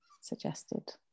suggested